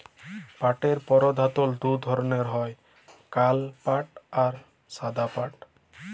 পাটের পরধালত দু ধরলের হ্যয় কাল পাট আর সাদা পাট